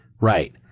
Right